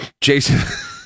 jason